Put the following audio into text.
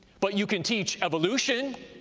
but you can teach evolution,